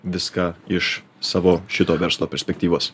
viską iš savo šito verslo perspektyvos